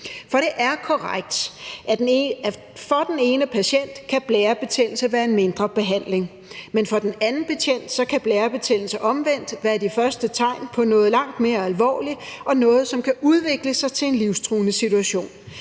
For det er korrekt, at for den ene patient kan blærebetændelse klares med en mindre behandling, men for den anden patient kan blærebetændelse omvendt være det første tegn på noget langt mere alvorligt og noget, som kan udvikle sig til en livstruende situation.